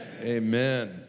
Amen